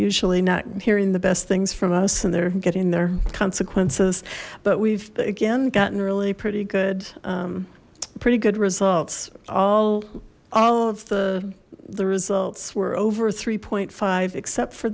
usually not hearing the best things from us and they're getting their consequences but we've again gotten really pretty good pretty good results all all of the the results were over three point five except for